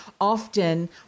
often